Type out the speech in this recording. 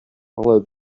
follow